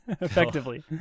Effectively